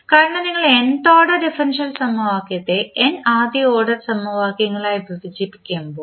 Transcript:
കാരണം നിങ്ങൾ order differential സമവാക്യത്തെ n ആദ്യ ഓർഡർ സമവാക്യങ്ങളായി വിഭജിക്കുമ്പോൾ